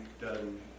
done